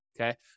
okay